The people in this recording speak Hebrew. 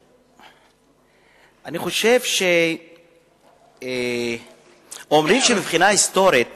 אני חושב שאומרים שמבחינה היסטורית